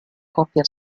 coppia